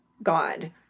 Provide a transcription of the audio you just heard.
God